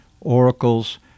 oracles